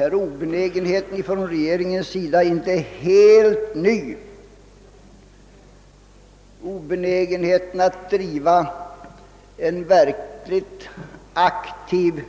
Jag tycker nog att regeringens obenägenhet att driva en verkligt aktiv